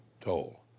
toll